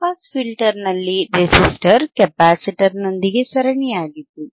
low pass ಫಿಲ್ಟರ್ನಲ್ಲಿ resistor ಕೆಪಾಸಿಟರ್ನೊಂದಿಗೆ ಸರಣಿಯಾಗಿತ್ತು